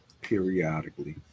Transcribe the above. periodically